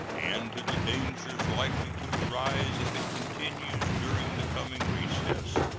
and to the dangers likely to arise if it continues during the coming recess,